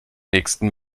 nächsten